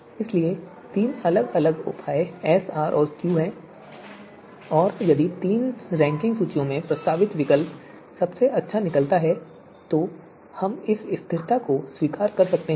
इसलिए तीन अलग अलग उपाय S R और Q हैं और यदि तीनों रैंकिंग सूचियों में प्रस्तावित विकल्प सबसे अच्छा निकलता है तो हम इस स्थिरता को स्वीकार कर सकते हैं